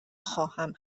خواهم